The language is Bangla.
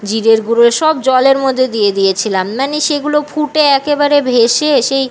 জিরের গুঁড়ো সব জলের মধ্যে দিয়ে দিয়েছিলাম মানে সেগুলো ফুটে একেবারে ভেসে সেই